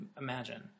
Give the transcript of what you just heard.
imagine